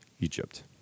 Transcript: Egypt